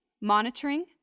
monitoring